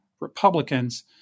Republicans